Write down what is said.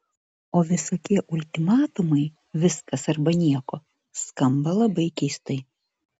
o visokie ultimatumai viskas arba nieko skamba labai keistai